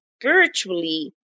spiritually